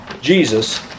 Jesus